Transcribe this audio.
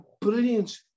brilliant